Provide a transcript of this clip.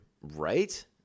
right